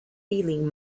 feeling